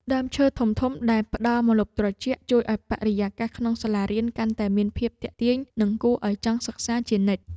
ដើមឈើធំៗដែលផ្តល់ម្លប់ត្រជាក់ជួយឱ្យបរិយាកាសក្នុងសាលារៀនកាន់តែមានភាពទាក់ទាញ និងគួរឱ្យចង់សិក្សាជានិច្ច។